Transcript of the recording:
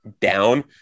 down